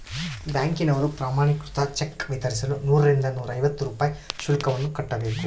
ಬ್ಯಾಂಕಿನವರು ಪ್ರಮಾಣೀಕೃತ ಚೆಕ್ ವಿತರಿಸಲು ನೂರರಿಂದ ನೂರೈವತ್ತು ರೂಪಾಯಿ ಶುಲ್ಕವನ್ನು ಕಟ್ಟಬೇಕು